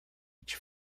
each